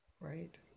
right